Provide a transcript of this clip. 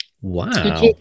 Wow